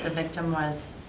ah victim was?